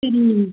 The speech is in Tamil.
இல்லைங்க